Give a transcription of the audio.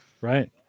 Right